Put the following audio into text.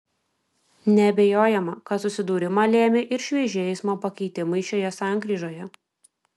neabejojama kad susidūrimą lėmė ir švieži eismo pakeitimai šioje sankryžoje